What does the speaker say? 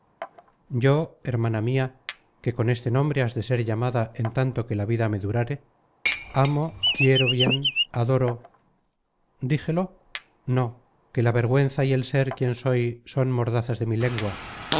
yo hermana mia que con este nombre has de ser llamada en tanto que la vida me duráre amo quiero bien adoro dijelo no que la vergüenza y el ser quien soy son mordazas de mi lengua